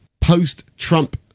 post-Trump